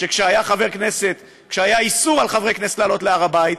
שכשהיה איסור על חברי כנסת לעלות להר הבית,